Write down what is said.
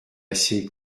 assez